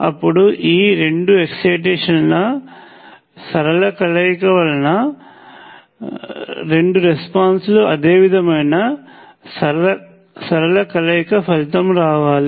అప్పుడు ఈ రెండు ఎక్సయిటేషన్ ల సరళ కలయిక వలన గా రెండు రెస్పాన్స్ లు అదేవిధమయిన సరళ కలయిక ఫలితం రావాలి